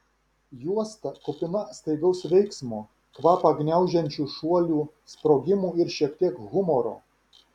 juosta kupina staigaus veiksmo kvapą gniaužiančių šuolių sprogimų ir šiek tiek humoro